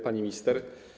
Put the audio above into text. Pani Minister!